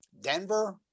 Denver